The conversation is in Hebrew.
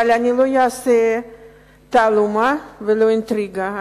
אבל אני לא אעשה תעלומה ולא אינטריגה.